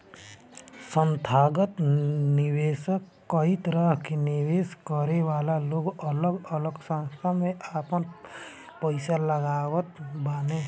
संथागत निवेशक कई तरह के निवेश करे वाला लोग अलग अलग संस्था में आपन पईसा लगावत बाने